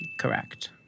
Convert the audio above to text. Correct